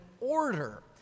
order